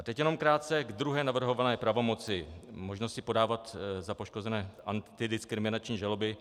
Teď jenom krátce k druhé navrhované pravomoci, možnosti podávat za poškozené antidiskriminační žaloby.